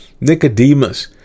Nicodemus